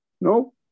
no